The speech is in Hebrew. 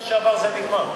מהחודש שעבר זה נגמר.